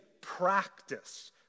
practice